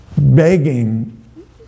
begging